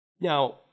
Now